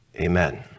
Amen